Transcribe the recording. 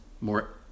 more